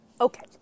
Okay